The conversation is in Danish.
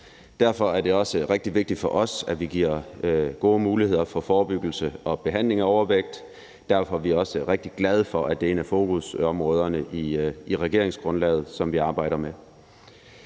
Derfor er det også rigtig vigtigt for os, at vi giver gode muligheder for forebyggelse og behandling af overvægt, og derfor er vi også rigtig glade for, at det er et af fokusområderne i regeringsgrundlaget og noget, som vi arbejder med.